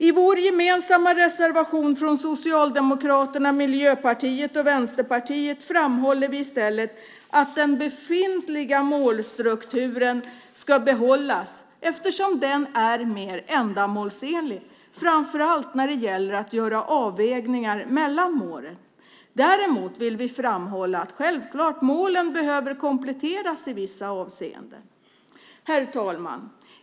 I vår gemensamma reservation från Socialdemokraterna, Miljöpartiet och Vänsterpartiet framhåller vi i stället att den befintliga målstrukturen ska behållas eftersom den är mer ändamålsenlig, framför allt när det gäller att göra avvägningar mellan målen. Däremot vill vi framhålla att målen självklart behöver kompletteras i vissa avseenden. Herr talman!